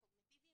הקוגניטיביים